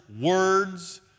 words